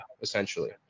essentially